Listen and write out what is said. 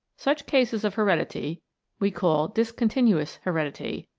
such cases of heredity we call discontinuous heredity,